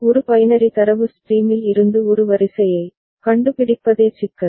ஒரு பைனரி தரவு ஸ்ட்ரீமில் இருந்து ஒரு வரிசையை கண்டுபிடிப்பதே சிக்கல்